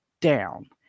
down